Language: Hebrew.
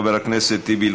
חבר הכנסת טיבי,